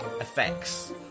effects